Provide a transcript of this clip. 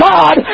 God